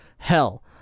Hell